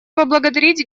поблагодарить